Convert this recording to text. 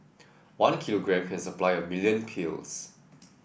one kilogram can supply a million pills